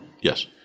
Yes